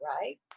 right